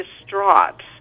distraught